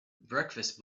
breakfast